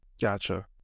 Gotcha